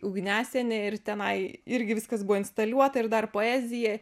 ugniasienė ir tenai irgi viskas buvo instaliuota ir dar poezija